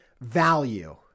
value